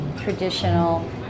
traditional